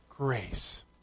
Grace